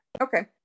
Okay